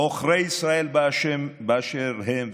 עוכרי ישראל באשר הם,